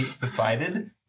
decided